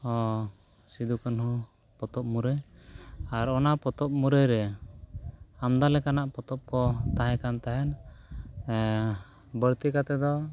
ᱦᱮᱸ ᱥᱤᱫᱩᱼᱠᱟᱹᱱᱩ ᱯᱚᱛᱚᱵᱽ ᱢᱩᱨᱟᱹᱭ ᱟᱨ ᱚᱱᱟ ᱯᱚᱛᱚᱵᱽ ᱢᱩᱨᱟᱹᱭ ᱨᱮ ᱟᱢᱫᱟ ᱞᱮᱠᱟᱱᱟᱜ ᱯᱚᱛᱚᱵᱽ ᱠᱚ ᱛᱟᱦᱮᱸ ᱠᱟᱱᱛᱮ ᱵᱟᱹᱲᱛᱤ ᱠᱟᱛᱮᱫ ᱫᱚ